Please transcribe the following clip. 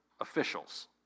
officials